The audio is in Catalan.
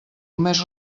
més